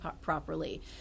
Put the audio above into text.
properly